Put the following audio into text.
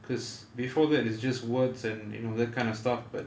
because before that it's just words and you know that kind of stuff but